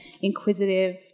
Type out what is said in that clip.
inquisitive